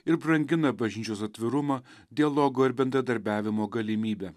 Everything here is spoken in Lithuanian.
ir brangina bažnyčios atvirumą dialogo ir bendradarbiavimo galimybę